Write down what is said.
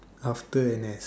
after N_S